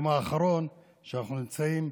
ביום האחרון שאנחנו נמצאים,